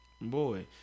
Boy